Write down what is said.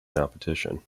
competition